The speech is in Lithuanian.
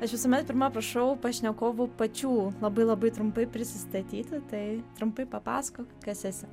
aš visuomet pirma prašau pašnekovų pačių labai labai trumpai prisistatyti tai trumpai papasakok kas esi